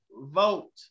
vote